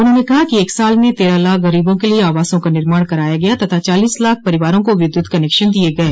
उन्होंने कहा कि एक साल में तेरह लाख गरीबों के लिए आवासों का निर्माण कराया गया तथा चालीस लाख परिवारों को विद्युत कनेक्शन दिये गये